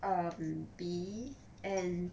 um B and